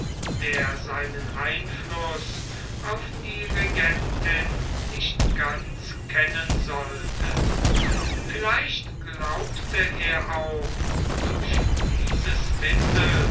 der seinen einfluß auf die regentin nicht ganz kennen sollte vielleicht glaubte er auch durch dieses mittel